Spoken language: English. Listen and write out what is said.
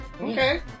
Okay